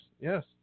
Yes